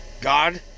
God